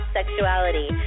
Sexuality